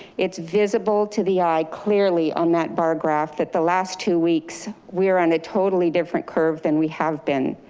it's visible to the eye clearly on that bar graph that the last two weeks we're on a totally different curve than we have been.